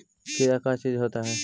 कीड़ा का चीज से होता है?